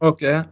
Okay